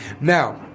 Now